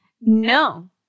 No